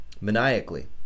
maniacally